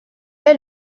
est